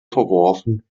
verworfen